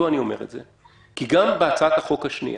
אני אומר את זה כי גם בהצעת החוק השנייה,